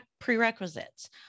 prerequisites